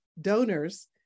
donors